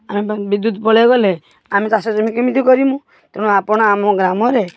ଆମେ ବିଦ୍ୟୁତ ପଳାଇ ଗଲେ ଆମେ ଚାଷ ଜମି କେମିତି କରିମୁ ତେଣୁ ଆପଣ ଆମ ଗ୍ରାମରେ